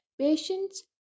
Patients